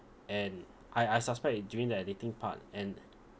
and I I suspect it during the editing part and